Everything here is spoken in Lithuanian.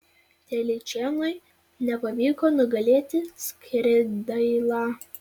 telyčėnui nepavyko nugalėti skridailą